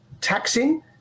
taxing